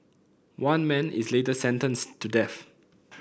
one man is later sentenced to death